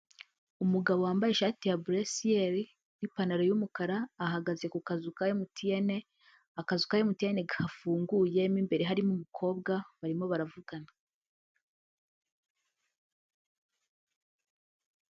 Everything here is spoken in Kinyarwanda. Umugabo wambaye ishati ya buresiyeli n'ipantaro y'umukara ahagaze ku kazu ka emutiyene akazu ka emutiyene gafunguye mo imbere harimo umukobwa barimo baravugana.